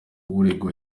uregwa